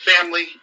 Family